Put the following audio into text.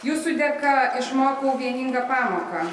jūsų dėka išmokau vieningą pamoką